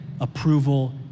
approval